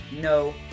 no